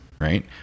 Right